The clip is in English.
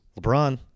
LeBron